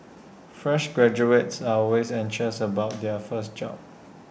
fresh graduates are always anxious about their first job